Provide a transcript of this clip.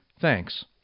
Thanks